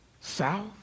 south